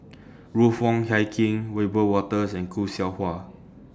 Ruth Wong Hie King Wiebe Wolters and Khoo Seow Hwa